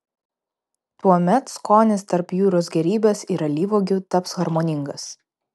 tuomet skonis tarp jūros gėrybės ir alyvuogių taps harmoningas